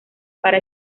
para